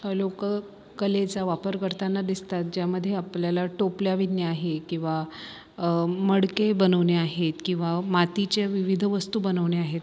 लोक कलेचा वापर करताना दिसतात ज्यामध्ये आपल्याला टोपल्या विणणे आहे किंवा मडके बनवणे आहेत किंवा मातीच्या विविध वस्तू बनवणे आहेत